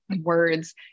words